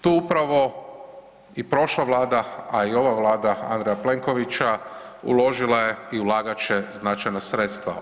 Tu upravo i prošla vlada, a i ova Vlada Andreja Plenkovića uložila je i ulagat će značajna sredstva.